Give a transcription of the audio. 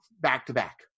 back-to-back